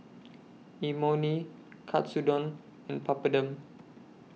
Imoni Katsudon and Papadum